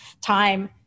time